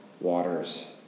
waters